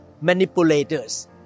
manipulators